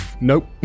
nope